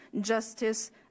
justice